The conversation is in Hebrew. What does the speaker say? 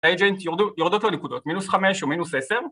agent יורדות לו נקודות מינוס חמש ומינוס עשר